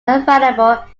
available